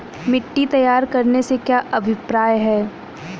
मिट्टी तैयार करने से क्या अभिप्राय है?